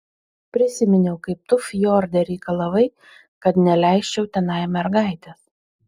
prisiminiau kaip tu fjorde reikalavai kad neleisčiau tenai mergaitės